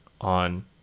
on